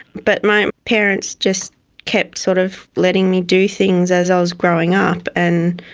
but my parents just kept sort of letting me do things as i was growing up, and